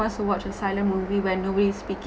wants to watch a silent movie when nobody is speaking